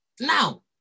Now